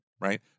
Right